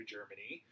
Germany